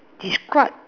describe